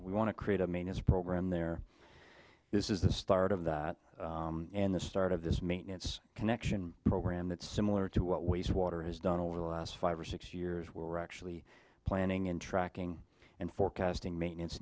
we want to create i mean is a program there this is the start of that and the start of this maintenance connection program that's similar to what we see water has done over the last five or six years we're actually planning in tracking and forecasting maintenance